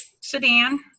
sedan